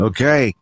Okay